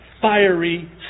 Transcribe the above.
fiery